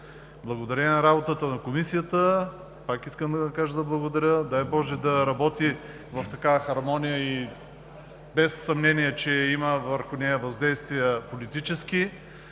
Благодарение на работата на Комисията, пак искам да благодаря, дай Боже, да работи в такава хармония и без съмнение, че има върху нея политически